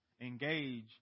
engage